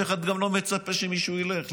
אף אחד גם לא מצפה שמישהו ילך.